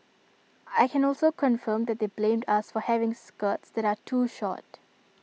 I can also confirm that they blamed us for having skirts that are too short